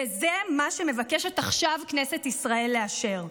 וזה מה שמבקשת עכשיו הכנסת לאשר: